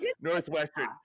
Northwestern